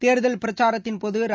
தேர்தல் பிரச்சாரத்தின் போது ர